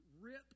rip